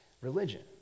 religion